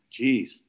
Jeez